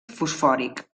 fosfòric